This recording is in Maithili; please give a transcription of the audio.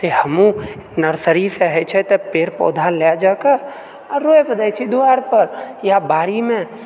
से हमहुँ नर्सरीसँ होय छै तऽ पेड़ पौधा लय जाके आ रोपि दैत छी दुआरि पर या बाड़ीमे